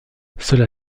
cela